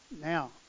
Now